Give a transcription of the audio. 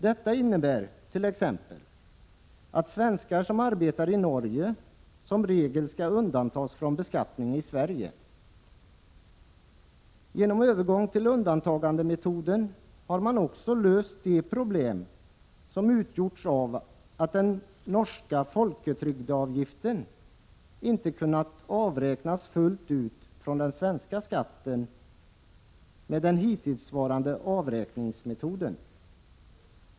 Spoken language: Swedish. Detta innebär t.ex. att svenskar som arbetar i Norge som regel skall undantas från beskattning i Sverige. Genom övergång till undantagandemetoden har man också löst de problem som utgjorts av att den norska folketrygdeavgiften inte kunnat avräknas fullt ut från den svenska skatten med den hittillsvarande avräkningsmetoden.